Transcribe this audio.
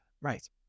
right